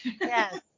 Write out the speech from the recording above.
Yes